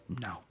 no